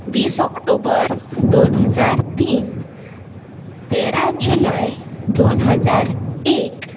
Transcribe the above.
वीस ऑक्टोबर दोन हजार तीन तेरा जुलय दोन हजार एक